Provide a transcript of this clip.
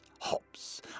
hops